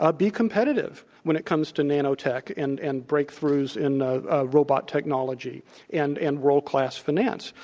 ah be competitive when it comes to nanotech and and breakthroughs in ah ah robot technology and and world class finance.